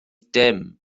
dim